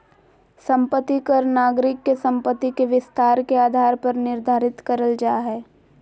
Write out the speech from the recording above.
संपत्ति कर नागरिक के संपत्ति के विस्तार के आधार पर निर्धारित करल जा हय